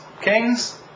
Kings